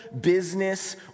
business